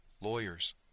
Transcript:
Lawyers